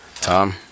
Tom